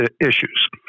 issues